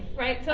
right. so